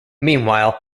meanwhile